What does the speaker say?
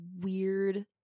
weird